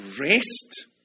rest